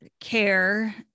care